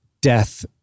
death